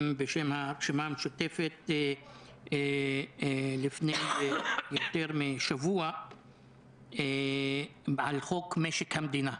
בשם הרשימה המשותפת לפני יותר משבוע על חוק משק המדינה.